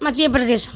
மத்திய பிரதேசம்